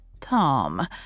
Tom